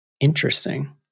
Interesting